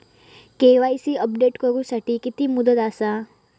KYC update करू साठी किती मुदत आसा?